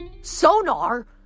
Sonar